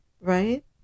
right